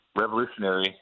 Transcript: revolutionary